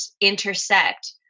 intersect